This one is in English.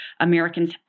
Americans